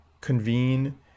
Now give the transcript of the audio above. convene